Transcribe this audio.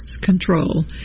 control